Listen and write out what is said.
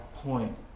Point